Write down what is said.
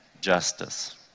justice